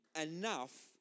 enough